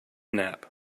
nap